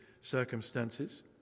circumstances